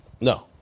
No